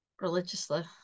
religiously